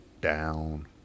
down